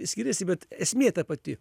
skiriasi bet esmė ta pati